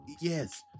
yes